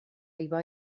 iva